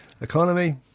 economy